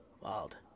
Wild